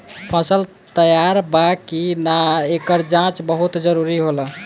फसल तैयार बा कि ना, एकर जाँच बहुत जरूरी होला